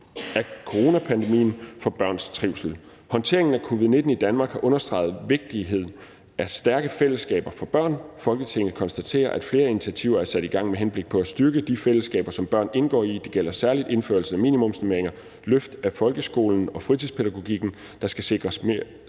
af coronapandemien for børns trivsel. Håndteringen af covid-19 i Danmark har understreget vigtigheden af stærke fællesskaber for børn. Folketinget konstaterer, at flere initiativer er sat i gang med henblik på at styrke de fællesskaber, som børn indgår i. Det gælder særligt indførelsen af minimumsnormeringer samt løft af folkeskolen og fritidspædagogikken, der skal sikre mere